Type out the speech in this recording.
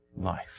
life